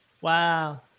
Wow